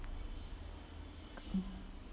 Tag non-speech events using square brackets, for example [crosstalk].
[breath]